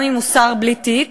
גם אם הוא שר בלי תיק,